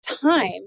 time